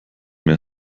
mehr